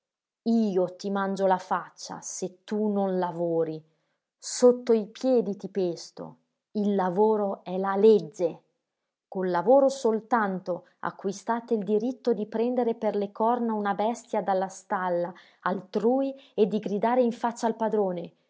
io ti mangio la faccia se tu non lavori sotto i piedi ti pesto il lavoro è la legge col lavoro soltanto acquistate il diritto di prendere per le corna una bestia dalla stalla altrui e di gridare in faccia al padrone